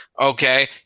Okay